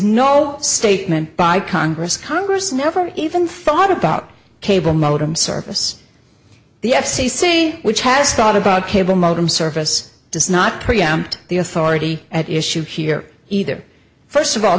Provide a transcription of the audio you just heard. no statement by congress congress never even thought about cable modem service the f c c which has thought about cable modem service does not preempt the authority at issue here either first of all